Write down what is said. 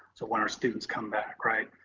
so when our students come back, right?